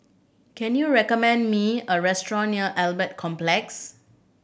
can you recommend me a restaurant near Albert Complex